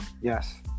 Yes